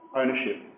ownership